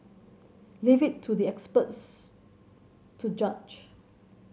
leave it to the experts to judge